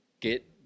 get